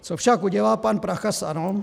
Co však udělal pan Prachař z ANO?